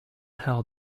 hell